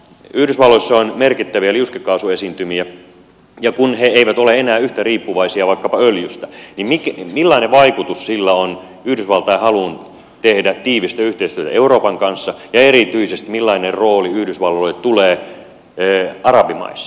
yhdysvalloissa on merkittäviä liuskekaasuesiintymiä ja kun he eivät ole enää yhtä riippuvaisia vaikkapa öljystä niin millainen vaikutus sillä on yhdysvaltain haluun tehdä tiivistä yhteistyötä euroopan kanssa ja erityisesti millainen rooli yhdysvalloille tulee arabimaissa